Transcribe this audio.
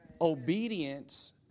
Obedience